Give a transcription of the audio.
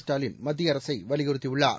ஸ்டாலின் மத்திய அரசை வலியுறுத்தியுள்ளார்